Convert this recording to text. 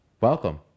welcome